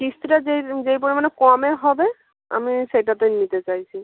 কিস্তিটা যে যেই যেই পরিমাণে কমে হবে আমি সেইটাতে নিতে চাইছি